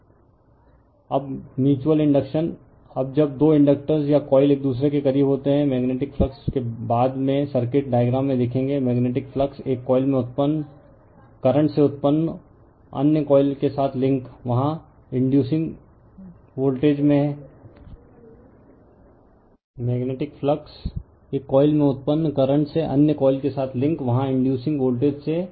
refer slide time 3204 अब mutual induction अब जब दो इंडक्टर्स या कॉइल एक दूसरे के करीब होते हैं मेग्नेटिक फ्लक्स बाद में सर्किट डायग्राम में देखेंगे मेग्नेटिक फ्लक्स एक कॉइल में उत्पन्न करंट से अन्य कॉइल के साथ लिंक वहाँ इंडयुसिंग वोल्टेज से में